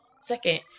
second